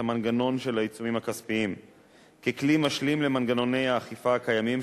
המנגנון של העיצומים הכספיים ככלי משלים למנגנוני האכיפה הקיימים,